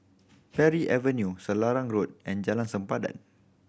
Parry Avenue Selarang Road and Jalan Sempadan